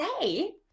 say